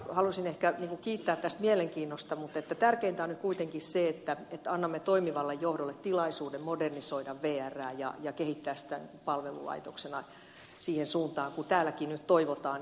halusin ehkä kiittää tästä mielenkiinnosta mutta tärkeintä on nyt kuitenkin se että annamme toimivalle johdolle tilaisuuden modernisoida vrää ja kehittää sitä palvelulaitoksena siihen suuntaan kuin täälläkin nyt toivotaan